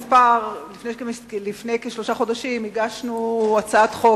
לפני כשלושה חודשים הגשנו הצעת חוק,